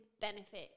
benefit